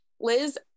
Liz